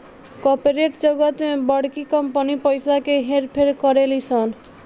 corporate जगत में बड़की कंपनी पइसा के हेर फेर करेली सन